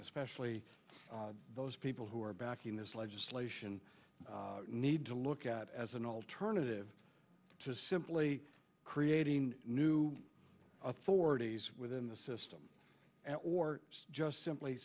especially those people who are backing this legislation need to look at it as an alternative to simply creating new authorities within the system or just simply